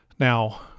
Now